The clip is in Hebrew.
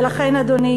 ולכן, אדוני